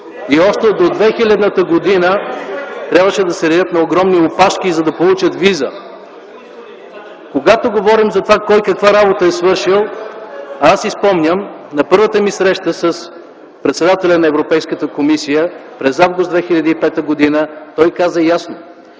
И още до 2000 г. трябваше да се редят на огромни опашки, за да получат виза. Когато говорим кой каква работа е свършил, си спомням за първата си среща с председателя на Европейската комисия, когато през август 2005 г. той каза ясно: